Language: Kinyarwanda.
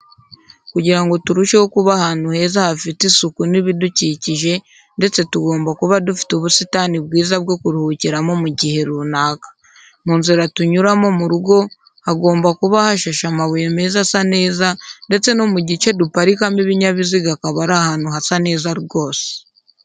Kugira ngo turusheho kuba ahantu heza hafite isuku n’ibidukikije ndetse tugomba kuba dufite n'ubusitani bwiza bwo kuruhukiramo mu gihe runaka. Mu nzira tunyuramo mu rugo hagomba kuba hashashe amabuye meza asa neza ndetse no mu gice duparikamo ibinyabiziga akaba ari ahantu hasa neza rwose.